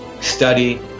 study